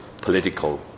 political